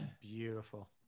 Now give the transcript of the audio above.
Beautiful